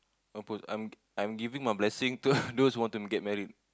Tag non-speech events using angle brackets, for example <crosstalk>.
mampus I'm I'm giving my blessing to <laughs> those want to get married